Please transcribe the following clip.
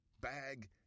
bag